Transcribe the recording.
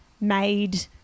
made